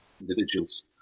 individuals